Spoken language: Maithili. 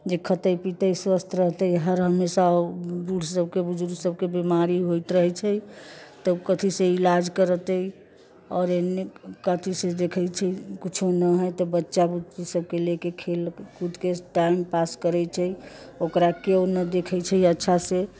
जे खेते पीते स्वस्थ रहतै हर हमेशा ओ बूढ़ सभकेँ बुजुर्ग सभकेँ बिमारी होइत रहैत छै तऽ कथिसँ इलाज करौतै आओर एने कथिसँ देखैत छियै किछु नहि हइ तऽ बच्चा बुच्ची सभके लेके खेल कूदके टाइम पास करैत छै ओकरा केओ नहि देखैत छै अच्छासँ